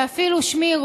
ואפילו שמי,